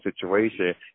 situation